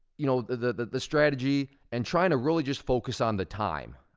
you know, the strategy, and trying to really just focus on the time.